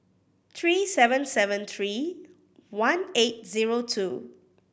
three seven seven three one eight zero two